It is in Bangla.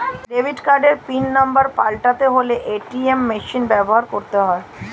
ডেবিট কার্ডের পিন নম্বর পাল্টাতে হলে এ.টি.এম মেশিন ব্যবহার করতে হয়